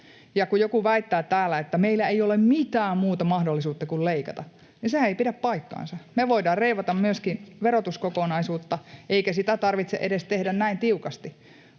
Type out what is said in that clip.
kun joku väittää täällä, että meillä ei ole mitään muuta mahdollisuutta kuin leikata, niin sehän ei pidä paikkaansa. Me voidaan reivata myöskin verotuskokonaisuutta, eikä sitä tarvitse edes tehdä näin tiukasti,